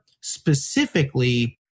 specifically